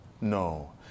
No